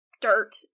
dirt